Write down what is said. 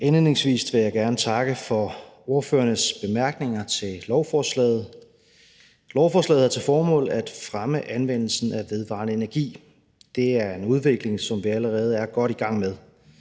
Indledningsvis vil jeg gerne takke for ordførernes bemærkninger til lovforslaget. Lovforslaget har til formål at fremme anvendelsen af vedvarende energi. Det er en udvikling, som vi allerede er godt i gang med.